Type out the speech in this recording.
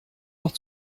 noch